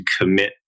commit